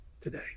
today